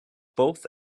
both